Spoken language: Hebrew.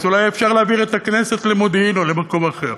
אולי אפשר להעביר את הכנסת למודיעין או למקום אחר?